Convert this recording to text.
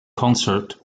concert